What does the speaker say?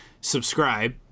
subscribe